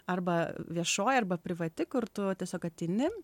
arba viešoji arba privati kur tu tiesiog ateini